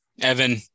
Evan